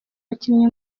abakinnyi